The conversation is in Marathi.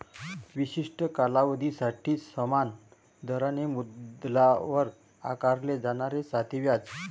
विशिष्ट कालावधीसाठी समान दराने मुद्दलावर आकारले जाणारे साधे व्याज